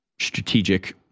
strategic